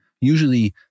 usually